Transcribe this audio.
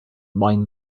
mind